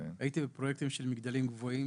הייתי בפרויקטים של מגדלים גבוהים